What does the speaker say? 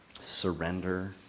surrender